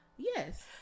yes